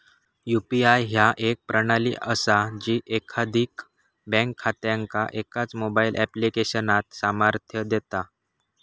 UPI ह्या एक प्रणाली असा जी एकाधिक बँक खात्यांका एकाच मोबाईल ऍप्लिकेशनात सामर्थ्य देता